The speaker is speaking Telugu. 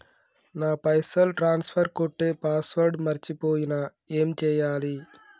నా పైసల్ ట్రాన్స్ఫర్ కొట్టే పాస్వర్డ్ మర్చిపోయిన ఏం చేయాలి?